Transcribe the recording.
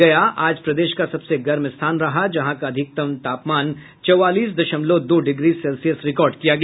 गया आज प्रदेश का सबसे गर्म स्थान रहा जहां का अधिकतम तापमान चौवालीस दशमलव दो डिग्री सेल्सियस रिकार्ड किया गया